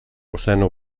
ozeano